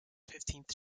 fifteenth